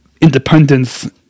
independence